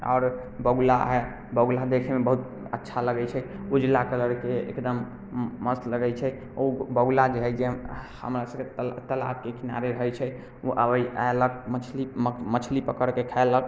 आओर बगुला हइ बगुला देखयमे बहुत अच्छा लगैत छै उजला कलरके एकदम मस्त लगैत छै ओ बगुला जे हइ जेहन हमरासभके तालाबके किनारे रहैत छै ओ अबै अयलक मछली मछली पकड़ि कऽ खयलक